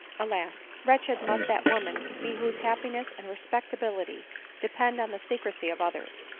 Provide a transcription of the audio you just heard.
alas! wretched must that woman be whose happiness and respectability depend on the secrecy of others!